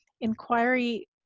inquiry